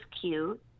cute